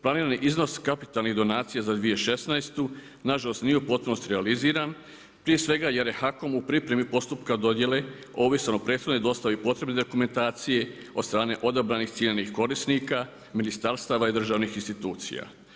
Planirani iznos kapitalnih donacija za 2016. nažalost nije u potpunosti realiziran, prije svega jer ja HAKOM u pripremi postupka dodjele ovisan o prethodnoj dostavi potrebne dokumentacije od strane odabranih ciljanih korisnika, ministarstva i državnih institucija.